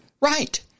Right